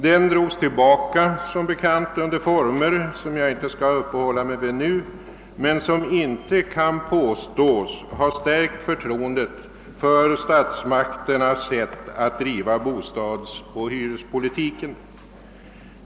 Den drogs tillbaka under former som jag inte nu skall uppehålla mig vid men som inte kan påstås ha stärkt förtroendet för statsmakternas sätt att driva bostadsoch hyrespolitiken.